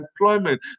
employment